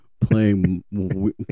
playing